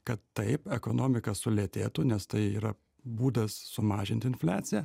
kad taip ekonomika sulėtėtų nes tai yra būdas sumažint infliaciją